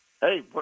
Hey